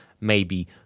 maybe-